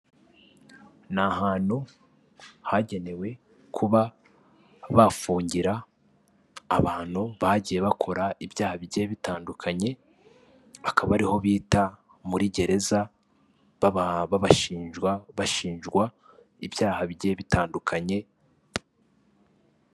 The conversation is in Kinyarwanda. Ni ahantu hagenewe kuba bafungira abantu bagiye bakora ibyaha bigiye bitandukanye, akaba ariho bita muri gereza baba bashinjwa ibyaha bigiye bitandukanye.